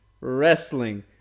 wrestling